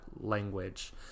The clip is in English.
language